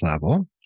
level